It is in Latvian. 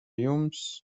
jums